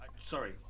sorry